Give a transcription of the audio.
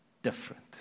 different